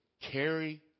carry